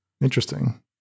Interesting